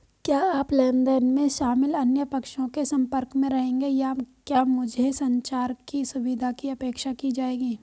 क्या आप लेन देन में शामिल अन्य पक्षों के संपर्क में रहेंगे या क्या मुझसे संचार की सुविधा की अपेक्षा की जाएगी?